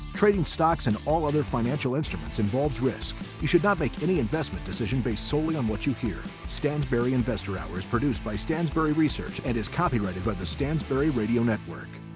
trading stocks and all other financial instruments involves risk. you should not make any investment decision based solely on what you hear. stansberry investor hour is produced by stansberry research and is copyrighted by the stansberry radio network.